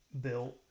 built